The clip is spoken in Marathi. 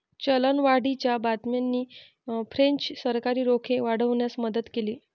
चलनवाढीच्या बातम्यांनी फ्रेंच सरकारी रोखे वाढवण्यास मदत केली